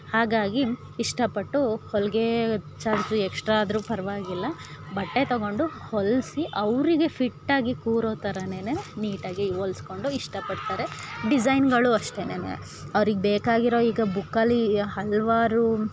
ಹಾಗಾಗಿ ಇಷ್ಟ ಪಟ್ಟು ಹೊಲಿಗೆ ಚಾರ್ಜು ಎಕ್ಸ್ಟ್ರಾ ಆದರು ಪರವಾಗಿಲ್ಲ ಬಟ್ಟೆ ತಗೊಂಡು ಹೊಲಿಸಿ ಅವರಿಗೆ ಫಿಟ್ ಆಗಿ ಕೂರೋ ಥರಾನೆ ನೀಟಾಗಿ ಹೊಲಿಸ್ಕೊಂಡು ಇಷ್ಟ ಪಡ್ತಾರೆ ಡಿಸೈನ್ಗಳು ಅಷ್ಟೇನೆ ಅವ್ರಿಗೆ ಬೇಕಾಗಿರೋ ಈಗ ಬುಕ್ಕಲ್ಲಿ ಹಲವಾರು